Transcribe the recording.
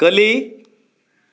ಕಲಿ